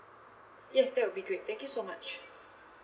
yes that will be great thank you so much